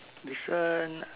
this one